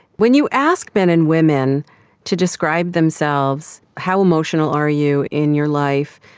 when you ask men and women to describe themselves how emotional are you in your life?